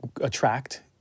attract